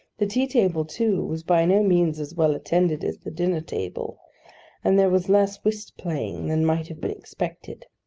the tea-table, too, was by no means as well attended as the dinner-table and there was less whist-playing than might have been expected.